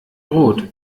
rot